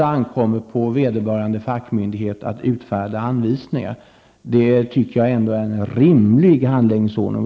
Det ankommer på vederbörande fackmyndighet att utfärda anvisningar. Jag tycker att det är en rimligt handläggningsordning.